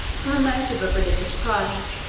from a motive of religious pride,